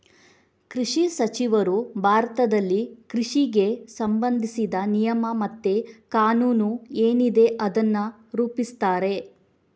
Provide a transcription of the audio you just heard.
ಕೃಷಿ ಸಚಿವರು ಭಾರತದಲ್ಲಿ ಕೃಷಿಗೆ ಸಂಬಂಧಿಸಿದ ನಿಯಮ ಮತ್ತೆ ಕಾನೂನು ಏನಿದೆ ಅದನ್ನ ರೂಪಿಸ್ತಾರೆ